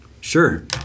sure